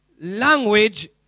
language